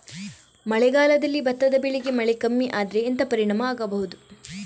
ಮಳೆಗಾಲದಲ್ಲಿ ಭತ್ತದ ಬೆಳೆಗೆ ಮಳೆ ಕಮ್ಮಿ ಆದ್ರೆ ಎಂತ ಪರಿಣಾಮ ಆಗಬಹುದು?